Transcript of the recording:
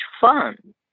fun